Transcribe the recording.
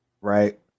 right